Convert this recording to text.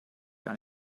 gar